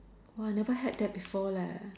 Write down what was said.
!wah! I never had that before leh